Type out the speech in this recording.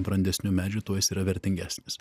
brandesnių medžių tuo jis yra vertingesnis